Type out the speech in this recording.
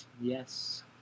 Yes